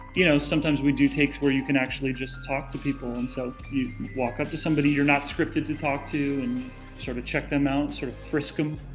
you know sometimes we do takes where you can actually just talk to people and so you walk up to somebody you're not scripted to talk to, and sort of check them out, sort of, frisk em, ah,